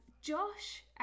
Josh